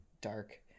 dark